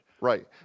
Right